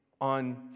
on